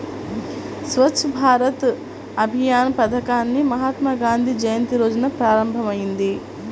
స్వచ్ఛ్ భారత్ అభియాన్ పథకాన్ని మహాత్మాగాంధీ జయంతి రోజున ప్రారంభమైంది